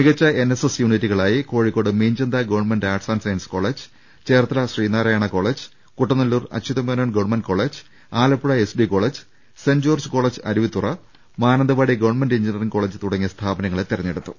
മികച്ച എൻഎസ്എസ് യൂണിറ്റുകളായി Kozhikode Meenchanta government arts and science college Cherthala Sreenarayana college Kuttanallur Achuthamenon government college Alappuzha SD college saint George college Aruvithura Mananthavady government engineering college തുടങ്ങിയ സ്ഥാപനങ്ങളെ തെരഞ്ഞെട്ടുത്തു